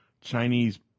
Chinese